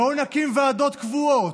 בואו נקים ועדות קבועות,